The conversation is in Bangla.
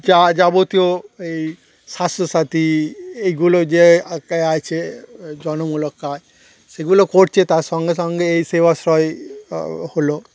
যা যাবতীয় এই স্বাস্থ্যসাথী এইগুলো যে আকে আছে জনমূলক কাজ সেগুলো করছে তার সঙ্গে সঙ্গে এই সেবাশ্রয় হলো